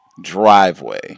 driveway